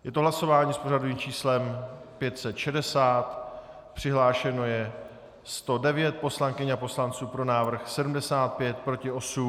Je to hlasování s pořadovým číslem 560, přihlášeno je 109 poslankyň a poslanců, pro návrh 75, proti 8.